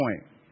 point